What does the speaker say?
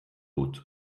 بود